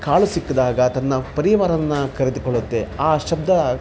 ಕಾಳು ಸಿಕ್ಕಿದಾಗ ತನ್ನ ಪರಿವಾರನ್ನು ಕರೆದುಕೊಳ್ಳುತ್ತೆ ಆ ಶಬ್ದ